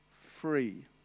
free